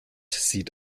sieht